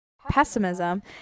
pessimism